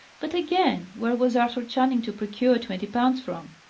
but again, where was arthur channing to procure twenty pounds from?